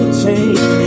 change